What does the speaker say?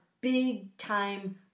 big-time